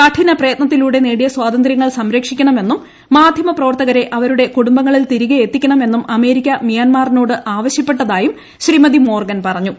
കഠിന പ്രയത്നത്തിലൂടെ നേടിയ സ്വാതന്ത്ര്യങ്ങൾ സംരക്ഷിക്കണമെന്നും മാധ്യമ പ്രവർത്തകരെ അവരുടെ കുടുംബങ്ങളിൽ തിരികെയെത്തിക്കണമെന്നും അമേരിക്ക മ്യാൻമറിനോട് ആവശ്യപ്പെട്ടതായും ശ്രീമതി മോർഗൻ പറഞ്ഞു